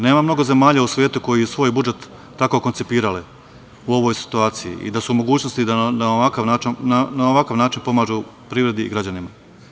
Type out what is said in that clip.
Nema mnogo zemalja u svetu koje su svoj budžet tako koncipirale u ovoj situaciji i da su u mogućnosti da na ovakav način pomažu privredi i građanima.